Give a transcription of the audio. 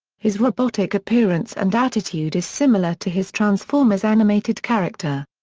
his robotic appearance and attitude is similar to his transformers animated character.